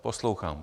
Poslouchám.